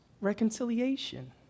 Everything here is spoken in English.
reconciliation